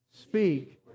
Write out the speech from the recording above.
Speak